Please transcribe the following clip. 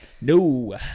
No